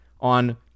on